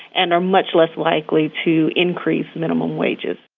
and are much less likely to increase minimum wages.